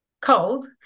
cold